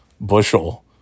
bushel